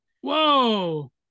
Whoa